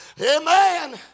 Amen